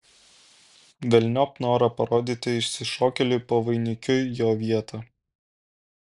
velniop norą parodyti išsišokėliui pavainikiui jo vietą